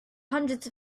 hundreds